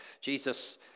Jesus